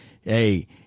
Hey